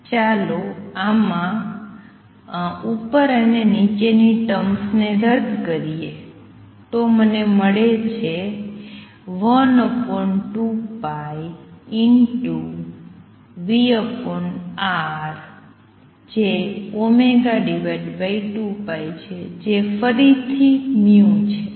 ચાલો આમાં ઉપર અને નીચેની ટર્મ્સ ને રદ કરીયે તો મળે છે 12πvR જે 2π છે જે ફરીથી છે